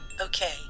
Okay